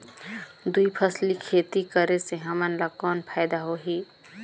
दुई फसली खेती करे से हमन ला कौन फायदा होही?